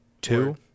Two